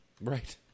right